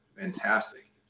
fantastic